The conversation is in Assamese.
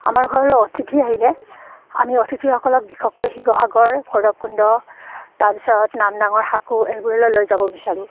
আমাৰ ঘৰলৈ অতিথি আহিলে আমি অতিথিসকলক বিশেকৈ শিৱসাগৰ ভৈৰৱকুণ্ড তাৰপিছত নাম ডাঙৰ শাকু এইবোৰলৈ লৈ যাব বিচাৰোঁ